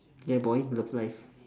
ya boy love live